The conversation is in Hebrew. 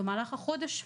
במהלך החודש,